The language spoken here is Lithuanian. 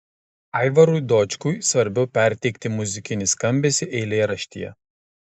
aivarui dočkui svarbiau perteikti muzikinį skambesį eilėraštyje